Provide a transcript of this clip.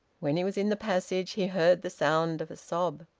when he was in the passage he heard the sound of a sob.